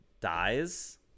dies –